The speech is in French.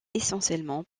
essentiellement